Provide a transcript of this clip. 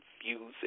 confusing